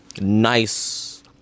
nice